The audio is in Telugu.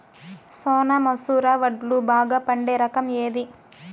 సోనా మసూర వడ్లు బాగా పండే రకం ఏది